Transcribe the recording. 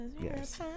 yes